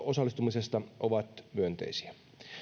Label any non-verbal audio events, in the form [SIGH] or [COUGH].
[UNINTELLIGIBLE] osallistumisesta ovat myönteisiä